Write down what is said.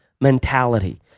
mentality